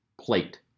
plate